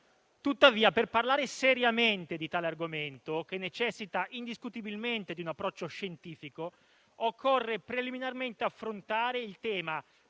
Tuttavia, per parlare seriamente di tale argomento, che necessita indiscutibilmente di un approccio scientifico, occorre preliminarmente affrontare il tema